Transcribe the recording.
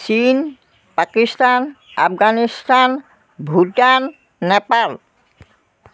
চীন পাকিস্তান আফগানিস্তান ভূটান নেপাল